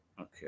Okay